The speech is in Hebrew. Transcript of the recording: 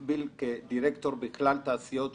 ואכן נשים נכנסו כדירקטוריות.